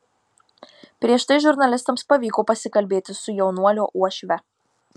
prieš tai žurnalistams pavyko pasikalbėti su jaunuolio uošve